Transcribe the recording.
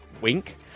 Wink